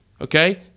Okay